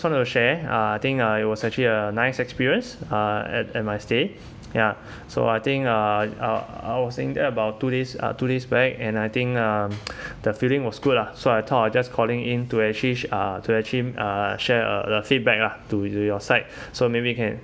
I just wanted to share a thing uh it was actually a nice experience uh at at my stay ya so I think uh uh I was staying about two days uh two days back and I think um the feeling was good lah so I thought I just calling in to actually uh to actually uh share uh the feedback lah to you your side so maybe you can